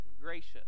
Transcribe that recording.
gracious